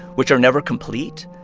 which are never complete,